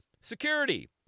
Security